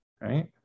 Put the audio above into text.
right